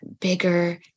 bigger